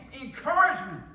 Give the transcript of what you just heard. encouragement